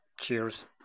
Cheers